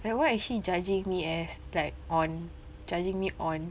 and what is she judging me as like on judging me on